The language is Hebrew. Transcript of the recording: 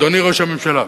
אדוני ראש הממשלה,